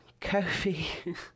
Kofi